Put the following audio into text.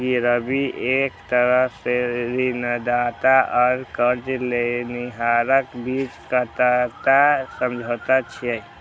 गिरवी एक तरह सं ऋणदाता आ कर्ज लेनिहारक बीच एकटा समझौता छियै